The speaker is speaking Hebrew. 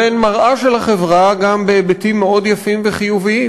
והם מראה של החברה גם בהיבטים מאוד יפים וחיוביים,